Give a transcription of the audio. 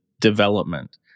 development